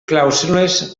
clàusules